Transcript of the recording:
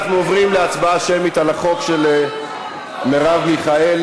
אנחנו עוברים להצבעה שמית על החוק של מרב מיכאלי.